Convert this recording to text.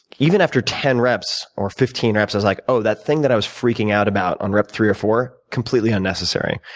even after ten reps or fifteen reps, i was like, oh, that thing that i was freaking out about on rep three or four, completely unnecessary,